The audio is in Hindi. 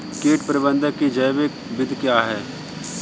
कीट प्रबंधक की जैविक विधि क्या है?